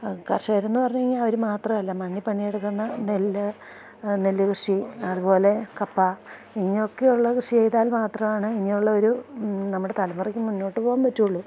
കർഷകരെന്ന് പറഞ്ഞുകഴിഞ്ഞാല് അവര് മാത്രമല്ല മണ്ണില് പണിയെടുക്കുന്ന നെല്കൃഷി അതുപോലെ കപ്പ ഇങ്ങനെയൊക്കെയുള്ള കൃഷി ചെയ്താൽ മാത്രമാണ് ഇനിയുള്ളൊരു നമ്മുടെ തലമുറയ്ക്ക് മുന്നോട്ടുപോകാൻ പറ്റുകയുള്ളൂ